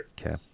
Okay